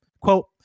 Quote